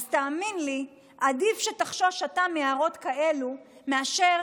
תאמין לי שעדיף שתחשוש אתה מהערות כאלה מאשר